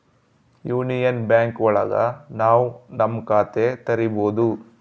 union Bank ಒಳಗ ನಾವ್ ನಮ್ ಖಾತೆ ತೆರಿಬೋದು